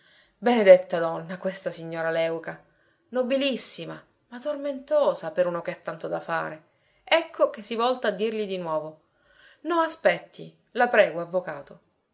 benedetta donna questa signora léuca nobilissima ma tormentosa per uno che ha tanto da fare ecco che si volta a dirgli di nuovo no aspetti la prego avvocato